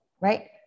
Right